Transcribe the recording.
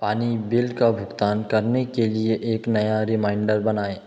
पानी बिल का भुगतान करने के लिए एक नया रिमाइंडर बनाएँ